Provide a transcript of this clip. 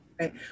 Right